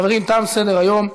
חברים, תם סדר-היום.